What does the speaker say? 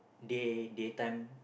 day daytime